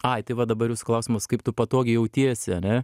ai tai va dabar jūsų klausimas kaip tu patogiai jautiesi ane